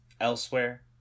elsewhere